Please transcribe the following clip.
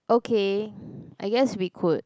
okay I guess we could